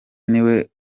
niwe